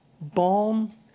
balm